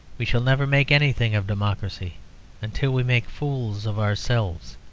we shall never make anything of democracy until we make fools of ourselves.